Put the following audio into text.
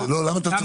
למה אתה צוחק?